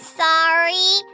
sorry